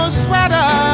sweater